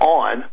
on